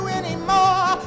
anymore